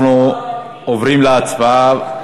אנחנו עוברים להצבעה,